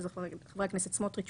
הם חברי הכנסת: סמוטריץ',